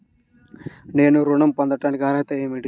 నేను ఋణం పొందటానికి అర్హత ఏమిటి?